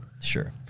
Sure